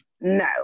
No